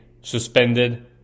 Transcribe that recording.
suspended